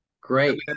Great